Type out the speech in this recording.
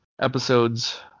episodes